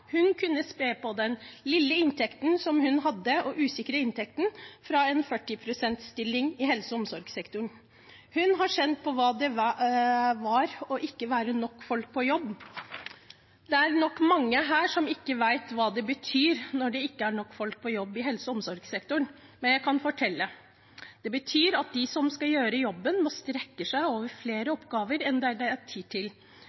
Hun kunne spe på den lille og usikre inntekten som hun hadde fra en 40 pst. stilling i helse- og omsorgssektoren. Hun har kjent på hva det er å ikke være nok folk på jobb. Det er nok mange her som ikke vet hva det betyr når det ikke er nok folk på jobb i helse- og omsorgssektoren, men jeg kan fortelle: Det betyr at de som skal gjøre jobben, må strekke seg over flere oppgaver enn det er tid til.